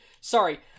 Sorry